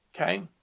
Okay